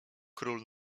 król